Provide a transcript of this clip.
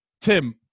tim